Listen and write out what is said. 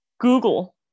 Google